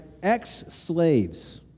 ex-slaves